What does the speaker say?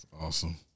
Awesome